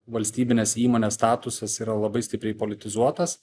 valstybinės įmonės statusas yra labai stipriai politizuotas